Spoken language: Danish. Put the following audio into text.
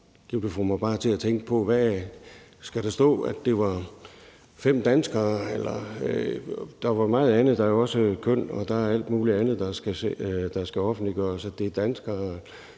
Det får mig bare til at tænke på, hvad der skal stå. Skal der stå, at det var fem danskere? Der er meget andet, for der er også køn og alt muligt andet, der så skal offentliggøres. Skal det